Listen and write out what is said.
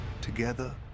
together